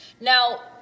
Now